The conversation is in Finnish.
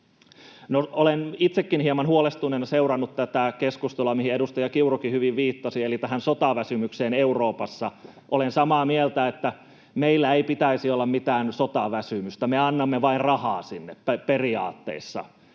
Olen itsekin hieman huolestuneena seurannut tätä keskustelua, mihin edustaja Kiurukin hyvin viittasi eli tähän sotaväsymykseen Euroopassa. Olen samaa mieltä, että meillä ei pitäisi olla mitään sotaväsymystä. Me annamme vain rahaa sinne periaatteessa.